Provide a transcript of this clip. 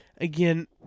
again